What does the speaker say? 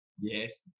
Yes